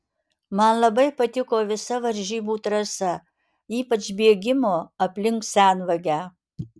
man labai patiko visa varžybų trasa ypač bėgimo aplink senvagę